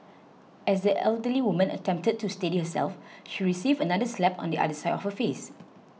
as the elderly woman attempted to steady herself she received another slap on the other side of her face